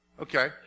Okay